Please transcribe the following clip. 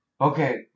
Okay